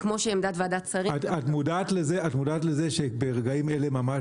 כמו עמדת ועדת שרים --- את מודעת לזה שברגעים אלה ממש